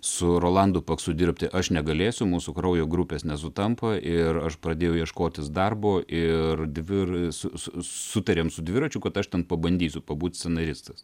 su rolandu paksu dirbti aš negalėsiu mūsų kraujo grupės nesutampa ir aš pradėjau ieškotis darbo ir dvir su su sutarėm su dviračiu kad aš ten pabandysiu pabūt scenaristas